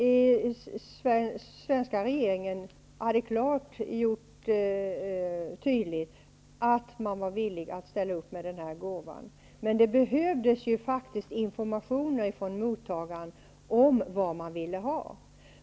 Den svenska regeringen hade mycket tydligt gjort klart att man ville ställa upp med den här gåvan, men det behövdes faktiskt informationer från mottagarlandet om vad man ville ha.